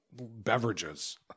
beverages